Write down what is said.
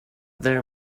there